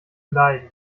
leiden